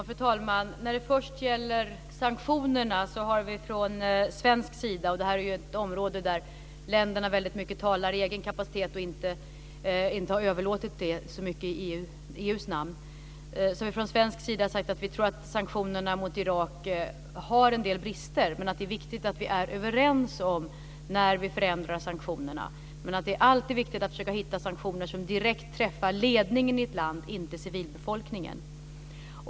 Fru talman! När det först gäller sanktionerna har vi från svensk sida sagt - och det här är ett område där länderna väldigt mycket har talat i egen kapacitet och inte överlåtit det så mycket i EU:s namn - att vi tror att sanktionerna mot Irak har en del brister, men att det är viktigt att vi är överens om när vi ska förändra sanktionerna. Men det är alltid viktigt att hitta sanktioner som direkt träffar ledningen i ett land, inte civilbefolkningen.